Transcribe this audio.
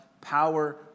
power